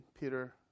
Peter